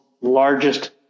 largest